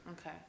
Okay